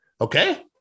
Okay